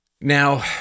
Now